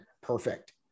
perfect